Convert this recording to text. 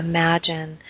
Imagine